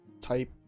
type